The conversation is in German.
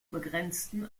begrenzten